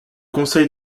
conseil